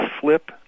flip